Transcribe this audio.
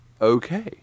Okay